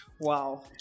Wow